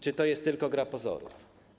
Czy to jest tylko gra pozorów?